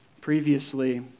previously